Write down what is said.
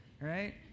right